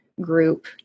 group